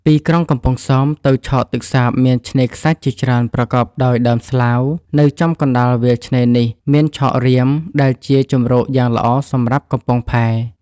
ពីក្រុងកំពង់សោមទៅឆកទឹកសាប មានឆ្នេរខ្សាច់ជាច្រើន ប្រកប ដោយដើមស្លាវ នៅចំកណ្តាលវាលឆ្នេរនេះ មានឆករាម ដែលជាជំរកយ៉ាងល្អសំរាប់កំពង់ផែ ។